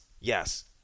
Yes